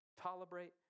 tolerate